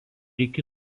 iki